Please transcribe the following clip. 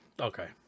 Okay